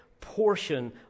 portion